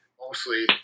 mostly